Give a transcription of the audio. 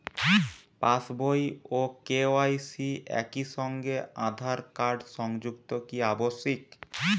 পাশ বই ও কে.ওয়াই.সি একই সঙ্গে আঁধার কার্ড সংযুক্ত কি আবশিক?